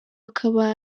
akaba